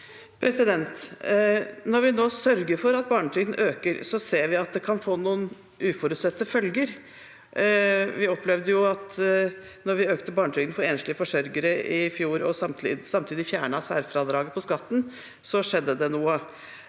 Når vi nå sørger for at barnetrygden øker, ser vi at det kan få noen uforutsette følger. Vi opplevde jo at da vi økte barnetrygden for enslige forsørgere i fjor og samtidig fjernet særfradraget på skatten, så skjedde det noe.